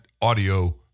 audio